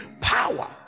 power